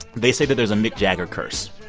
they say that there's a mick jagger curse.